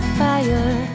fire